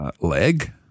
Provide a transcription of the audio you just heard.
Leg